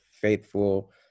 faithful